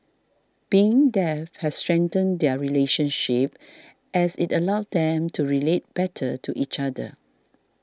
being deaf has strengthened their relationship as it allowed them to relate better to each other